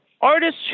artists